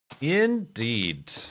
Indeed